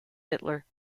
hitler